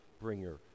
bringer